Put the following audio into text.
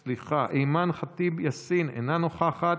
סליחה, אימאן ח'טיב יאסין, אינה נוכחת,